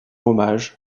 hommage